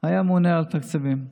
היה הממונה על התקציבים.